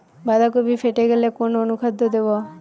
বাঁধাকপি ফেটে গেলে কোন অনুখাদ্য দেবো?